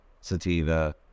sativa